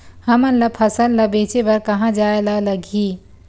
हमन ला फसल ला बेचे बर कहां जाये ला लगही?